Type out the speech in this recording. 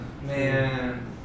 Man